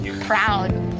proud